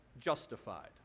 justified